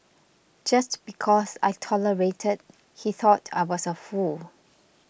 just because I tolerated he thought I was a fool